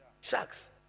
Sharks